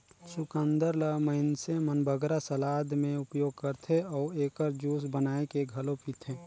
चुकंदर ल मइनसे मन बगरा सलाद में उपयोग करथे अउ एकर जूस बनाए के घलो पीथें